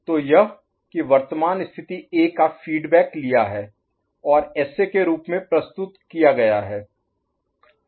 तो यह कि वर्तमान स्थिति A का फीडबैक लिया है और एसए के रूप में प्रस्तुत किया गया है